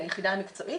ליחידה המקצועית,